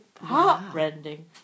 heartrending